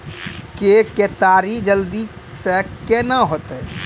के केताड़ी जल्दी से के ना होते?